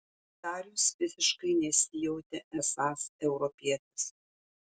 darius visiškai nesijautė esąs europietis